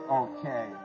okay